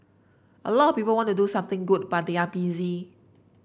a lot of people want to do something good but they are busy